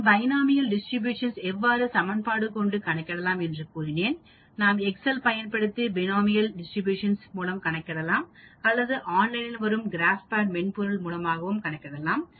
நான் binomial distribution எவ்வாறு சமன்பாடு கொண்டு கணிக்கலாம் என்றும் கூறினேன் நாம் எக்ஸெல் பயன்படுத்தி பினோமியல் டிஸ்ட்ரிபியூஷன் மூலம் கணிக்கலாம் அல்லது ஆன்லைனில் வரும் கிராபைட் மென்பொருள் மூலமும் கணிக்கலாம்